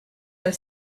have